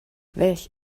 welch